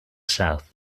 south